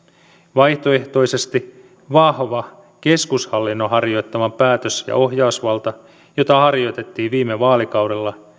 vaihtoehtoisesti vahva keskushallinnon harjoittama päätös ja ohjausvalta jota harjoitettiin viime vaalikaudella